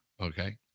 okay